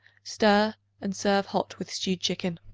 stir and serve hot with stewed chicken.